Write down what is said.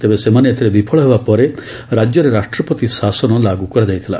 ତେବେ ସେମାନେ ଏଥିରେ ବିଫଳ ହେବା ପରେ ରାଜ୍ୟରେ ରାଷ୍ଟପତି ଶାସନ ଲାଗୁ କରାଯାଇଥିଲା